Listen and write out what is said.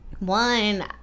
One